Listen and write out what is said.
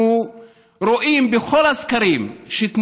אנחנו מדברים על שירותי בריאות ועל שירות